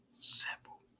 simple